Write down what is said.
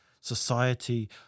society